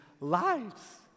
lives